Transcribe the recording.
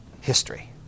history